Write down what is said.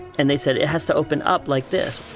and they said, it has to open up like this.